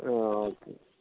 ஆ okay